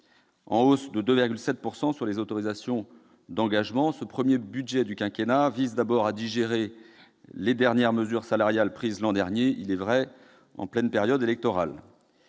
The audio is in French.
En hausse de 2,7 % sur les autorisations d'engagement, ce premier budget du quinquennat vise d'abord à digérer les dernières mesures salariales prises l'an dernier, il est vrai en pleine période électorale.